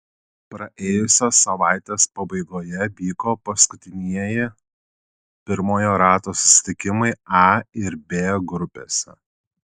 praėjusios savaitės pabaigoje vyko paskutinieji pirmojo rato susitikimai a ir b grupėse